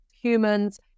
humans